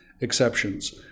exceptions